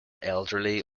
elderly